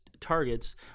targets